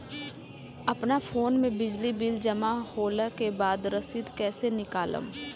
अपना फोन मे बिजली बिल जमा होला के बाद रसीद कैसे निकालम?